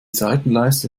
seitenleiste